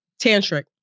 Tantric